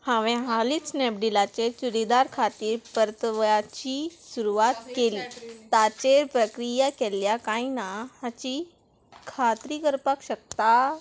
हांवें हालींच स्नॅपडिलाचेर चुडीदार खातीर परतव्याची सुरवात केली ताचेर प्रक्रिया केल्ल्या काय ना हाची खात्री करपाक शकता